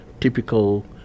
typical